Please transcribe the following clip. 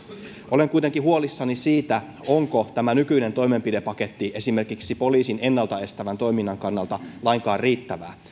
olen kuitenkin huolissani siitä onko tämä nykyinen toimenpidepaketti esimerkiksi poliisin ennalta estävän toiminnan kannalta lainkaan riittävä